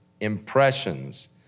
impressions